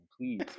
please